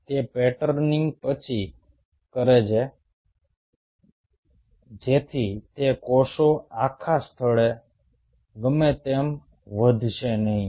તે પેટર્નિંગ પછી કરે છે જેથી તે કોષો આખા સ્થળે ગમેતેમ વધશે નહીં